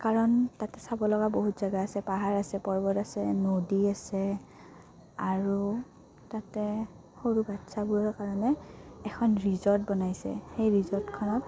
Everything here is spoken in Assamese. কাৰণ তাতে চাব লগা বহুত জেগা আছে পাহাৰ আছে পৰ্বত আছে নদী আছে আৰু তাতে সৰু বাচ্ছাবোৰৰ কাৰণে এখন ৰিজৰ্ট বনাইছে সেই ৰিজৰ্টখনত